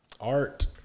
Art